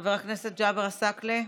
חבר הכנסת ג'אבר עסאקלה?